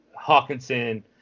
Hawkinson